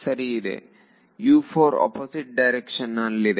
ಸರಿ ಇದೆ ಅಪೋಸಿಟ್ ಡೈರೆಕ್ಷನ್ನಲ್ಲಿದೆ